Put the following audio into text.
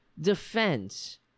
defense